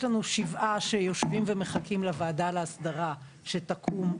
יש לנו 7 שיושבים ומחכים לוועדה לאסדרה שתקום,